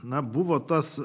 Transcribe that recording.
na buvo tas